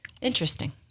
interesting